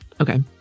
Okay